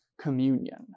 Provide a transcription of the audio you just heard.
communion